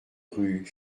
rue